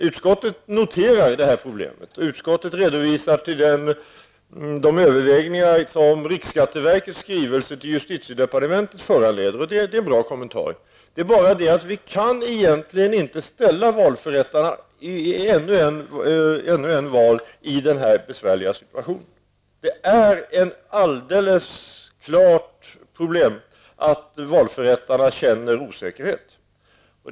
Utskottet noterar problemet och hänvisar till de överväganden som riksskatteverkets skrivelse till justitiedepartementet föranleder, och det är en bra kommentar. Men vi kan inte ställa valförrättarna inför ännu ett val i denna besvärliga situation. Det är ett uppenbart problem att valförrättarna känner osäkerhet.